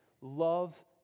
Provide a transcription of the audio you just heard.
Love